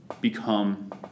become